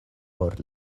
por